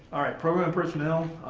program personnel.